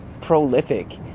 prolific